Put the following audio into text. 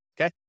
okay